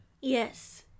Yes